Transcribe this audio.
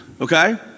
Okay